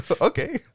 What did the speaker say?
Okay